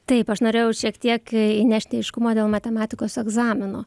taip aš norėjau šiek tiek įnešti aiškumo dėl matematikos egzamino